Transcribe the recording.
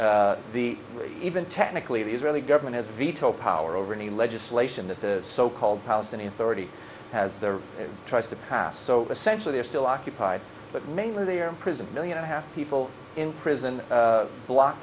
time the even technically the israeli government has veto power over any legislation that the so called palestinian authority has there tries to pass so essentially they are still occupied but mainly they are imprisoned million and half people in prison block